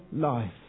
life